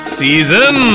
season